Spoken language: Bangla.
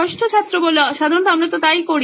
ষষ্ঠ ছাত্র সাধারণত আমরা তাই করি